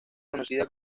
conocida